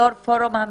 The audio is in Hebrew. יו"ר פורום המתמחים,